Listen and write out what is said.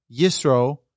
Yisro